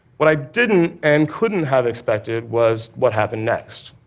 what i didn't and couldn't have expected was what happened next.